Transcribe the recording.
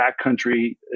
backcountry